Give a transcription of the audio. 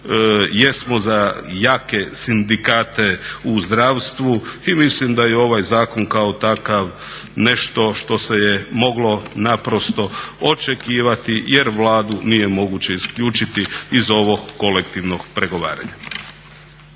jesmo za jake sindikate u zdravstvu i mislim da je ovaj zakon kao takav nešto što se je moglo naprosto očekivati jer Vladu nije moguće isključiti iz ovog kolektivnog pregovaranja.